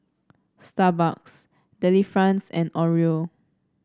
Starbucks Delifrance and Oreo